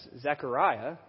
Zechariah